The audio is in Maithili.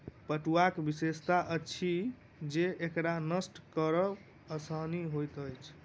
पटुआक विशेषता अछि जे एकरा नष्ट करब आसान होइत अछि